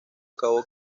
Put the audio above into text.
acabó